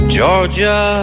Georgia